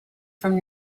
from